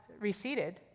receded